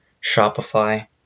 Shopify